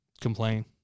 Complain